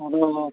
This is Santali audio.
ᱟᱫᱚ